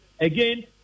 Again